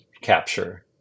capture